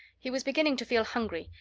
he was beginning to feel hungry,